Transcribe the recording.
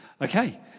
okay